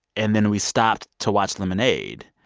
and then we stopped to watch lemonade,